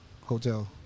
hotel